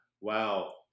Wow